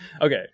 Okay